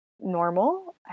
normal